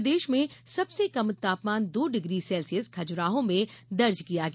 प्रदेश में सबसे कम तापमान दो डिग्री सेल्सियस खजुराहो में दर्ज किया गया